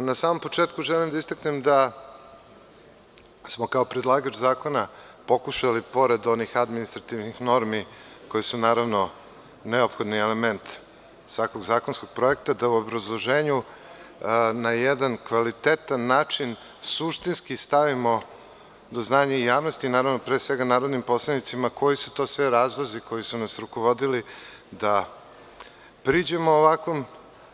Na samom početku želim da istaknem da smo kao predlagač zakona pokušali da pored onih administrativnih normi koje su naravno neophodan element svakog zakonskog projekta da u obrazloženju na jedan kvalitetan način suštinski stavimo do znanja i javnosti, naravno pre svega narodnim poslanicima, koji su to sve razlozi koji su nas rukovodili da priđemo ovakvom